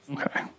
Okay